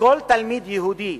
לכל תלמיד יהודי